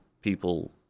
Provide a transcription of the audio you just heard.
people